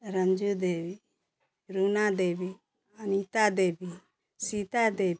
Ranju Devi Runa Devi Anita Devi Sita Devi